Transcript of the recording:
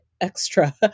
Extra